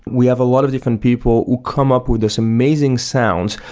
we have a lot of different people who come up with this amazing sounds,